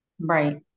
Right